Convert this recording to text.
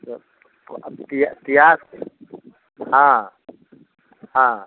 तऽ पी पियास हाँ हाँ